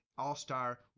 all-star